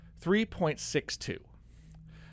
3.62